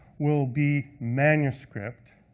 will be manuscript.